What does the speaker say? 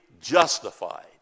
justified